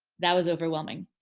that was overwhelming.